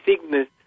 sickness